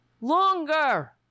longer